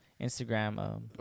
Instagram